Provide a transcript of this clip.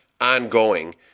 ongoing